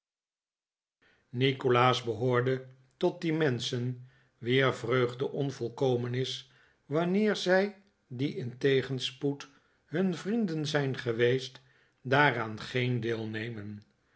nikolaas behoprde tot die menschen wier vreugde onvolkomen is wanneer zij die in tegenspoed hun vrienden zijn geweest daaraan geen deel nemen